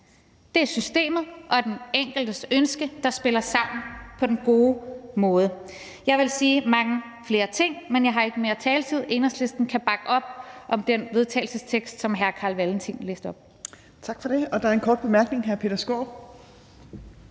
Det er systemet og den enkeltes ønske, der spiller sammen på den gode måde. Jeg ville sige mange flere ting, men jeg har ikke mere taletid. Enhedslisten kan bakke op om den vedtagelsestekst, som hr. Carl Valentin læste op. Kl. 13:01 Tredje næstformand (Trine Torp):